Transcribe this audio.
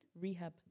Rehab